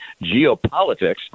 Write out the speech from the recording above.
geopolitics